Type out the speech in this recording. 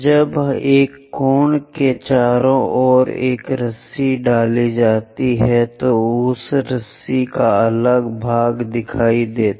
जब एक कोण के चारों ओर एक रस्सी डाली जाती है तो उस रस्सी का अगला भाग दिखाई देगा